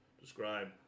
describe